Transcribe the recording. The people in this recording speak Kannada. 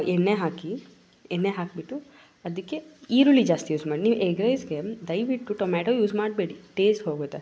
ಎಣ್ಣೆ ಹಾಕಿ ಎಣ್ಣೆ ಹಾಕಿಬಿಟ್ಟು ಅದಕ್ಕೆ ಈರುಳ್ಳಿ ಜಾಸ್ತಿ ಯೂಸ್ ಮಾಡಿ ನೀವು ಎಗ್ ರೈಸಿಗೆ ದಯವಿಟ್ಟು ಟೊಮ್ಯಾಟೊ ಯೂಸ್ ಮಾಡಬೇಡಿ ಟೇಸ್ಟ್ ಹೋಗುತ್ತೆ